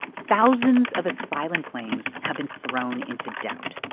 thousands of asylum claims have been thrown into doubt